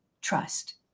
trust